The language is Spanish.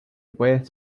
puedes